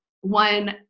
one